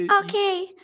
Okay